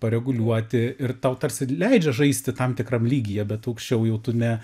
pareguliuoti ir tau tarsi leidžia žaisti tam tikram lygyje bet aukščiau jau tu ne